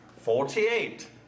Forty-eight